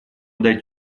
дать